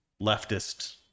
leftist